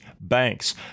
banks